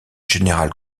général